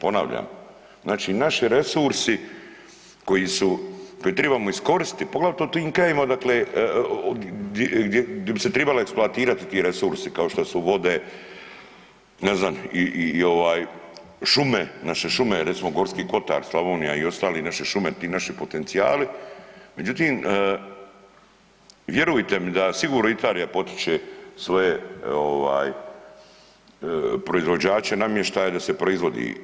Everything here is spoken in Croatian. Ponavljam, znači naši resursi koji su, koje tribamo iskoristiti poglavito u tim krajevima odakle gdje bi se tribali eksploatirati ti resursi kao što su vode, ne znam i ovaj šume, naše šume recimo Gorski kotar, Slavonija i ostali, naše šume ti naši potencijali, međutim vjerujte mi da sigurno Italija potiče svoje ove proizvođače namještaja da se proizvodi